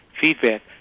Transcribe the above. feedback